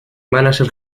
mánager